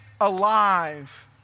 alive